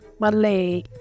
Malay